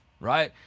right